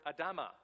Adama